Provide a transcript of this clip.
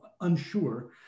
unsure